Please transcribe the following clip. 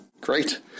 Great